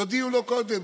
תודיעו לו קודם,